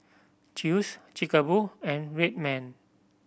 Chew's Chic a Boo and Red Man